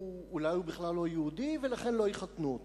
אולי הוא בכלל לא יהודי, ולכן לא יחתנו אותו.